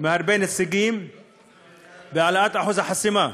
מהרבה נציגים בהעלאת אחוז החסימה,